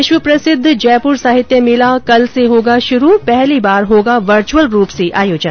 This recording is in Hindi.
विश्व प्रसिद्ध जयपुर साहित्य मेला कल से होगा शुरू पहली बार होगा वर्चुअल रूप से आयोजन